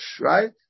Right